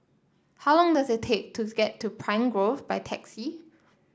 how long does it take to get to Pine Grove by taxi